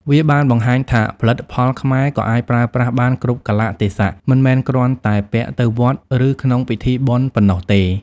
វាបានបង្ហាញថាផលិតផលខ្មែរក៏អាចប្រើប្រាស់បានគ្រប់កាលៈទេសៈ មិនមែនគ្រាន់តែពាក់ទៅវត្ត ឬក្នុងពិធីបុណ្យប៉ុណ្ណោះទេ។